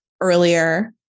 earlier